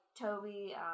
Toby